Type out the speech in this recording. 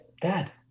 Dad